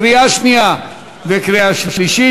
קריאה שנייה וקריאה שלישית.